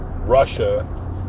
Russia